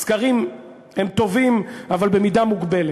סקרים הם טובים, אבל במידה מוגבלת.